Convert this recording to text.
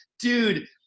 dude